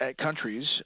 countries